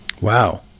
Wow